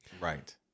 Right